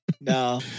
no